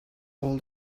all